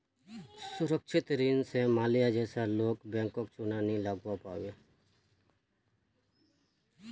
सुरक्षित ऋण स माल्या जैसा लोग बैंकक चुना नी लगव्वा पाबे